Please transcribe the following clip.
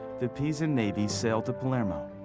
the pisa navy sailed to palermo,